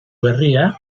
berria